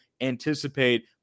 anticipate